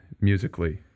musically